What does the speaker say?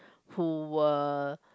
who were